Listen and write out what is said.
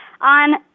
on